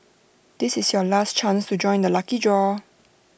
this is your last chance to join the lucky draw